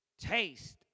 Taste